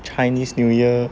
chinese new year